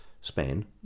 Spain